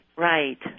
Right